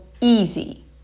easy